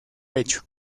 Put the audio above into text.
pecho